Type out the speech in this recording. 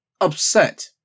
upset